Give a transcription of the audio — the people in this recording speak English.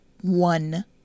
one